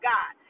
God